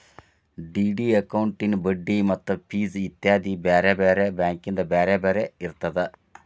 DD ಅಕೌಂಟಿನ್ ಬಡ್ಡಿ ಮತ್ತ ಫಿಸ್ ಇತ್ಯಾದಿ ಬ್ಯಾರೆ ಬ್ಯಾರೆ ಬ್ಯಾಂಕಿಂದ್ ಬ್ಯಾರೆ ಬ್ಯಾರೆ ಇರ್ತದ